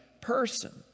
person